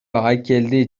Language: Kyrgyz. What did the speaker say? айкелди